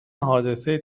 حادثه